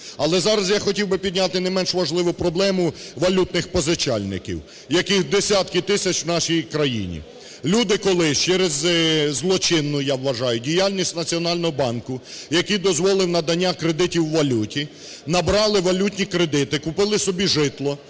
Але зараз я хотів би підняти не менш важливу проблему валютних позичальників, яких десятки тисяч в нашій країні. Люди колись через злочинну, я вважаю, діяльність Національного банку, який дозволив надання кредитів у валюті, набрали валютні кредити, купили собі житло